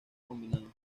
combinado